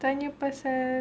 tanya pasal